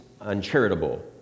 uncharitable